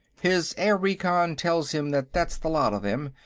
his air-reconn tells him that that's the lot of them.